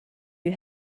you